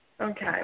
Okay